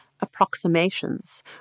approximations